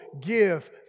give